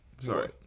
Sorry